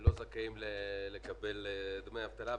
שלא זכאים לקבל דמי אבטלה,